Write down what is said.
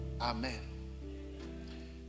Amen